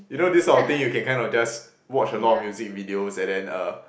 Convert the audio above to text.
you know this type of thing you can kind of just watch a lot of music videos and then uh